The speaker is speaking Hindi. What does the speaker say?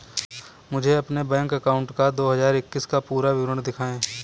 मुझे अपने बैंक अकाउंट का दो हज़ार इक्कीस का पूरा विवरण दिखाएँ?